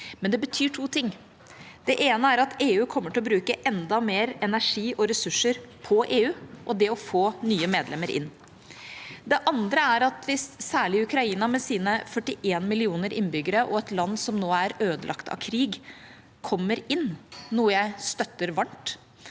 det betyr to ting. Det ene er at EU kommer til å bruke enda mer energi og ressurser på EU og det å få nye medlemmer inn. Det andre er at hvis særlig Ukraina, med sine 41 millioner innbyggere, et land som nå er ødelagt av krig, kommer inn – noe jeg støtter varmt